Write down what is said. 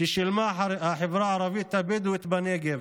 ששילמה החברה הערבית הבדואית בנגב.